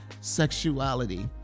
sexuality